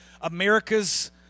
America's